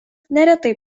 neretai